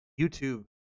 youtube